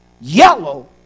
yellow